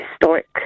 historic